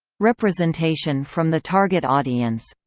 representation from the target audience